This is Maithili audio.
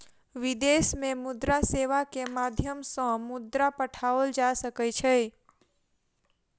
विदेश में मुद्रा सेवा के माध्यम सॅ मुद्रा पठाओल जा सकै छै